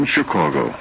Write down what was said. Chicago